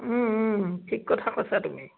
ঠিক কথা কৈছা তুমি